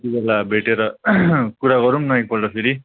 त्यतिबेला भेटेर कुरा गरौँ न एकपल्ट फेरि